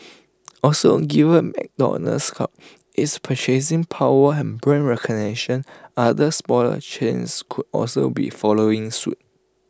also given McDonald's clout its purchasing power and brand recognition other smaller chains could also be following suit